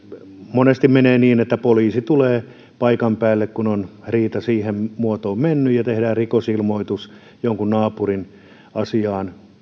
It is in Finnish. monesti menee niin että poliisi tulee paikan päälle kun on riita siihen muotoon mennyt ja tehdään rikosilmoitus jonkun naapurin asiaan